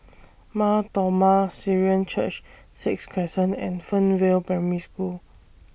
Mar Thoma Syrian Church Sixth Crescent and Fernvale Primary School